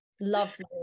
lovely